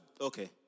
okay